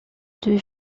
deux